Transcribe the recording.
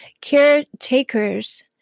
Caretakers